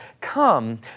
Come